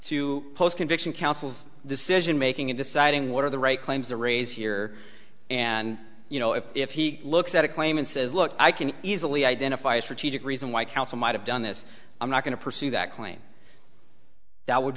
to post conviction council's decision making in deciding what are the right claims a raise here and you know if he looks at a claim and says look i can easily identify a strategic reason why counsel might have done this i'm not going to pursue that claim that would